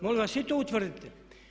Molim vas, i to utvrdite.